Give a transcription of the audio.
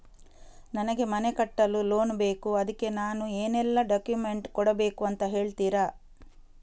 ನನಗೆ ಮನೆ ಕಟ್ಟಲು ಲೋನ್ ಬೇಕು ಅದ್ಕೆ ನಾನು ಏನೆಲ್ಲ ಡಾಕ್ಯುಮೆಂಟ್ ಕೊಡ್ಬೇಕು ಅಂತ ಹೇಳ್ತೀರಾ?